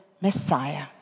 Messiah